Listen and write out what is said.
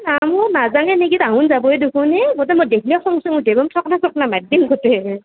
এ নাহুন নাজাঙে নেকি তাহুন যাবই দেখোন এক গোটেই মোৰ দেখলি খং উঠে দেখি থোকনা চোকনা মাদ্দিম গোটেই